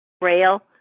braille